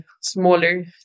smaller